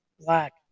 Black